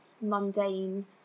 mundane